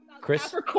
Chris